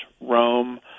Rome